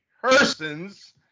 persons